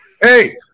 hey